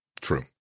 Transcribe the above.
True